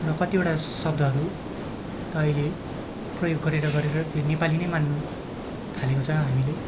र कतिवटा शब्दहरू त अहिले प्रयोग गरेर गरेर त्यो नेपाली नै मान्न थालेको छ हामीले